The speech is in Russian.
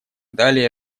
далее